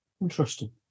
Interesting